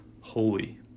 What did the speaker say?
holy